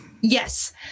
Yes